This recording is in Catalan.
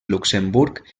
luxemburg